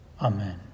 amen